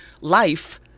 life